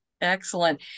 excellent